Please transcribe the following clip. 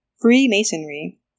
Freemasonry